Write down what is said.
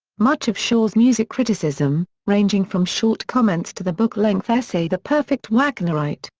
much of shaw's music criticism, ranging from short comments to the book-length essay the perfect wagnerite,